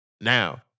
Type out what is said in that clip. Now